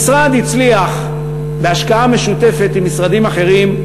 המשרד הצליח, בהשקעה משותפת עם משרדים אחרים,